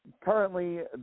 Currently